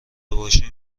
باشم